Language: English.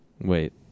Wait